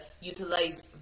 utilize